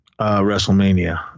WrestleMania